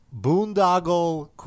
Boondoggle